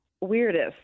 Weirdest